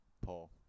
Paul